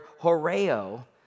horeo